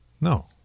No